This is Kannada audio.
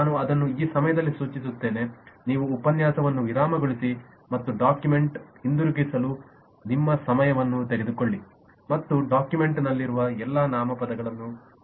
ನಾನು ಅದನ್ನು ಈ ಸಮಯದಲ್ಲಿ ಸೂಚಿಸುತ್ತೇನೆ ನೀವು ಉಪನ್ಯಾಸವನ್ನು ವಿರಾಮಗೊಳಿಸಿ ಮತ್ತು ಡಾಕ್ಯುಮೆಂಟ್ಗೆ ಹಿಂತಿರುಗಲು ನಿಮ್ಮ ಸಮಯವನ್ನು ತೆಗೆದುಕೊಳ್ಳಿ ಮತ್ತು ಡಾಕ್ಯುಮೆಂಟ್ನಲ್ಲಿರುವ ಎಲ್ಲಾ ನಾಮಪದಗಳನ್ನು ಗುರುತಿಸಿ